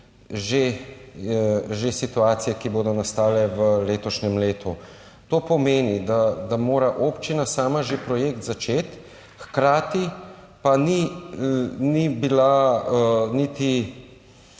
že situacije, ki bodo nastale v letošnjem letu. To pomeni, da mora občina sama projekt že začeti, hkrati pa se ni